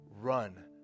run